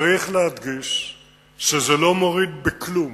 צריך להדגיש שזה לא מוריד בכלום